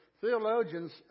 theologians